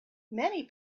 many